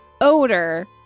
odor